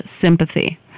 sympathy